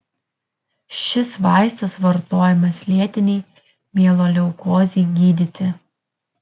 šis vaistas vartojamas lėtinei mieloleukozei gydyti